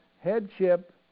Headship